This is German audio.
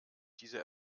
diese